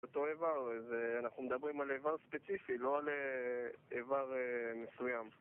אותו איבר, אנחנו מדברים על איבר ספציפי, לא על איבר מסוים